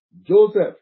Joseph